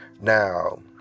Now